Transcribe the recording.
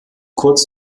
kurz